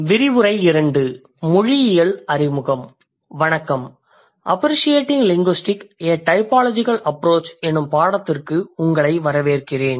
வணக்கம் appreciating linguistics a typological approach எனும் பாடத்திற்கு உங்களை வரவேற்கிறேன்